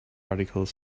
articles